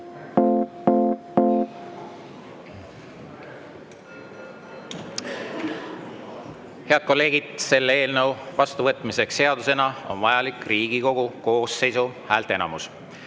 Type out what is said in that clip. Head kolleegid, selle eelnõu vastuvõtmiseks seadusena on vajalik Riigikogu koosseisu häälteenamus.